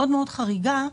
חשובה: